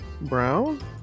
brown